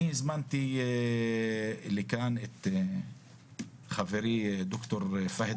אני הזמנתי לכאן את חברי דוקטור פהד